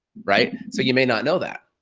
right? so you may not know that.